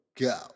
Go